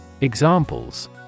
Examples